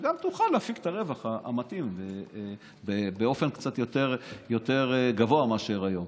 וגם תוכל להפיק את הרווח המתאים באופן קצת יותר גבוה מאשר היום.